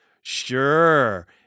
Sure